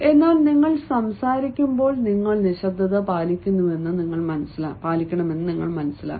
എന്നാൽ നിങ്ങൾ സംസാരിക്കുമ്പോൾ നിങ്ങൾ നിശബ്ദത പാലിക്കുന്നുവെന്ന് മനസ്സിലാക്കുക